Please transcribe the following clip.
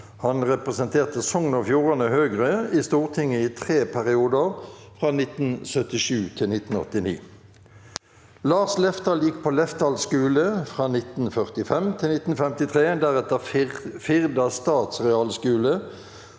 Han representerte Sogn og Fjordane Høgre i Stortinget i tre perioder, fra 1977 til 1989. Lars Lefdal gikk på Lefdal skule fra 1945 til 1953, deretter Firda statsrealskule